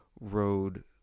road